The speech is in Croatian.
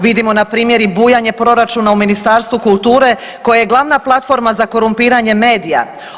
Vidimo na primjer i bujanje proračuna u Ministarstvu kulture koje je glavna platforma za korumpiranje medija.